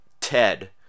Ted